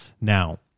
Now